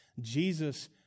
Jesus